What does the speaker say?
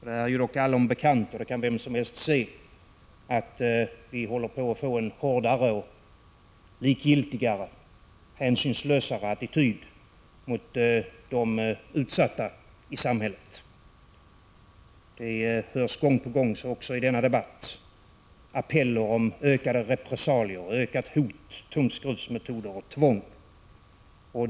Det är dock allom bekant och vem som helst kan se att det växer fram en hårdare, likgiltigare och hänsynslösare attityd mot de utsatta i samhället. Det hörs gång på gång, också i denna debatt, appeller om ökade repressalier, ökat hot, tumskruvsmetoder och tvång.